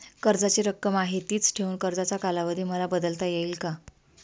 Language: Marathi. कर्जाची रक्कम आहे तिच ठेवून कर्जाचा कालावधी मला बदलता येईल का?